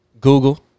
Google